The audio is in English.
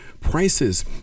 prices